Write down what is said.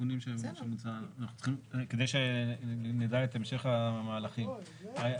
כדי שנדע את המשך המהלכים,